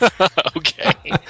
Okay